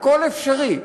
הכול אפשרי.